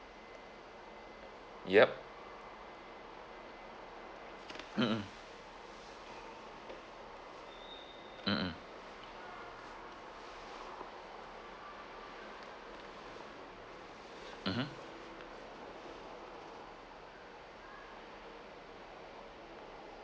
yup mmhmm mmhmm mmhmm